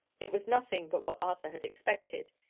it was nothing but what arthur had expected.